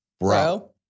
Bro